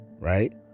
right